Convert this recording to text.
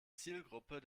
zielgruppe